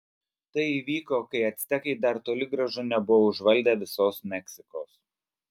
tai įvyko kai actekai dar toli gražu nebuvo užvaldę visos meksikos